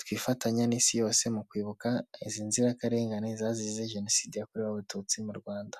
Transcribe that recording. twifatanya n'isi yose mu kwibuka izi nzirakarengane zazize jenoside yakorewe abatutsi mu rwanda.